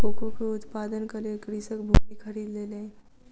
cocoa के उत्पादनक लेल कृषक भूमि खरीद लेलैन